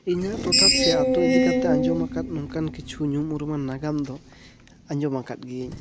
ᱤᱧᱟᱹᱜ ᱴᱚᱴᱷᱟ ᱥᱮ ᱟᱛᱳ ᱤᱫᱤ ᱠᱟᱛᱮ ᱟᱸᱡᱚᱢ ᱟᱠᱟᱫ ᱚᱱᱠᱟᱱ ᱠᱤᱪᱷᱩ ᱧᱩᱢ ᱩᱨᱩᱢᱟᱱ ᱱᱟᱜᱟᱢ ᱫᱚ ᱟᱸᱡᱚᱢ ᱟᱠᱟᱫ ᱜᱮᱭᱟᱹᱧ